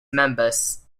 members